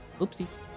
oopsies